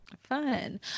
Fun